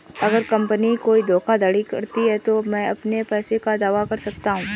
अगर कंपनी कोई धोखाधड़ी करती है तो मैं अपने पैसे का दावा कैसे कर सकता हूं?